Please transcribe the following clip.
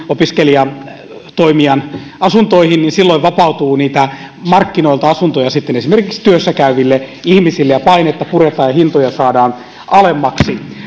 opiskelijatoimijan asuntoihin niin silloin vapautuu markkinoilta niitä asuntoja sitten esimerkiksi työssäkäyville ihmisille ja painetta puretaan ja hintoja saadaan alemmaksi